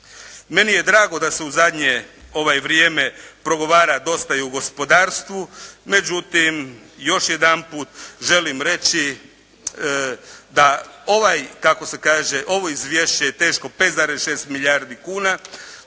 Meni je drago da se u zadnje vrijeme progovara dosta i o gospodarstvu. Međutim, još jedanput želim reći da ovo izvješće je teško 5,6 milijardi kuna.